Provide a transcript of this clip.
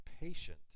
patient